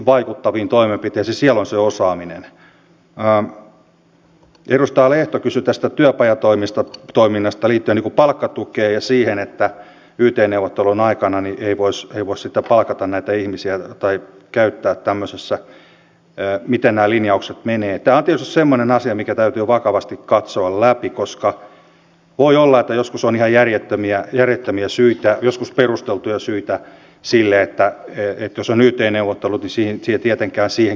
muun muassa tässä meidän yhdessä tärkeimmistä kärkihankkeistamme elikkä tässä osatyökykyisiin liittyvässä kärkihankkeessa nimenomaan tavoite on se että nämä ihmiset jotka syystä tai toisesta ovat esimerkiksi työkyvyttömyyseläkkeelle joutuneet liian varhain me pystyisimme nimenomaan saamaan takaisin työmarkkinoille ja myöskin irti siitä sosiaaliturvasta koska näissä rakenteellisissa uudistuksissa tai meidän uudistuksiemme eteenpäin visioimisessa tavoitteen täytyy olla lähtökohtaisesti se että meillä olisi yhä vähemmän ihmisiä jotka ovat riippuvaisia siitä sosiaaliturvasta